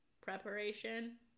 preparation